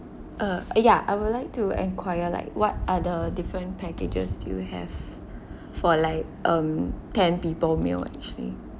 uh ya I would like to enquire like what are the different packages do you have for like um ten people meal actually